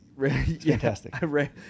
fantastic